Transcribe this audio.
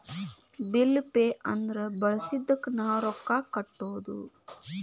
bill pay ಅಂದ್ರ ಬಳಸಿದ್ದಕ್ಕ್ ನಾವ್ ರೊಕ್ಕಾ ಕಟ್ಟೋದು